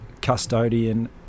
Custodian